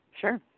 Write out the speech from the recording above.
sure